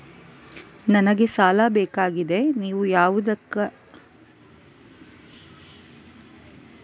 ನನಗೆ ಸಾಲ ಬೇಕಾಗಿದೆ, ನೀವು ಯಾವುದಕ್ಕೆ ಸಾಲ ಕೊಡ್ತೀರಿ?